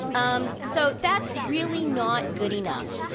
um so, that's really not good enough.